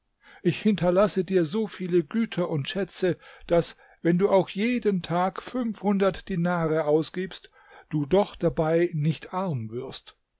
ich hinterlasse dir so viele güter und schätze daß wenn du auch jeden tag fünfhundert dinare ausgibst du doch dabei nicht arm wirst